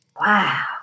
wow